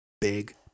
Big